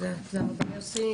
תודה רבה, יוסי.